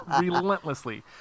Relentlessly